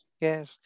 yes